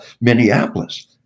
Minneapolis